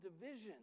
division